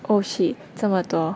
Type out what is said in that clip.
oh shit 这么多